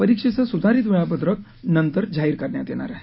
परीक्षेचं सुधारित वेळापत्रक नंतर जाहीर करण्यात येणार आहे